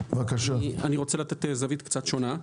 אני רוצה לתת זווית קצת שונה.